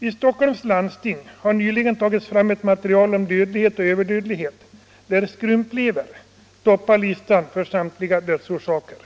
I Stockholms landsting har nyligen tagits fram ett material om dödlighet och överdödlighet där ”skrumplever” toppar listan för samtliga dödsorsaker.